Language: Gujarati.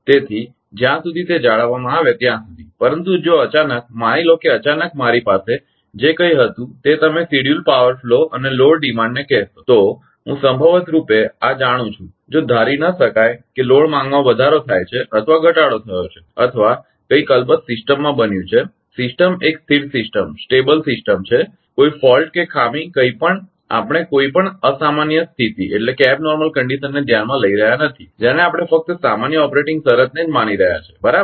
તેથી જ્યાં સુધી તે જાળવવામાં આવે ત્યાં સુધી પરંતુ જો અચાનક માની લો કે અચાનક મારી પાસે જે કંઈ હતું તે તમે શેડ્યૂલ પાવર ફ્લો અને લોડ ડિમાન્ડને કહશો તો હું સંભવત રૂપે આ જાણું છું જો ધારી ન શકાય કે લોડ માંગમાં વધારો થાય છે અથવા ઘટાડો થયો છે અથવા કંઈક અલબત્ત સિસ્ટમમાં બન્યું છે સિસ્ટમ એક સ્થિર સિસ્ટમસ્ટેબલ સિસ્ટમ છે કોઈ ફોલ્ટખામી કંઇપણ આપણે કોઈ પણ અસામાન્ય સ્થિતિને ધ્યાનમાં લઈ રહ્યા નથી જેને આપણે ફક્ત સામાન્ય ઓપરેટિંગ શરતને જ માની રહ્યા છીએ બરાબર